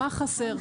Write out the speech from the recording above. מה חסר.